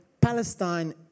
Palestine